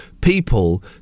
people